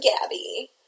Gabby